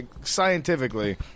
scientifically